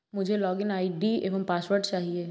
मुझें login ID एवं password चाहिए